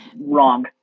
wrong